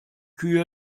kühe